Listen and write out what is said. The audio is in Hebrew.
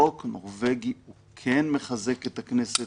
חוק נורווגי הוא כן מחזק את הכנסת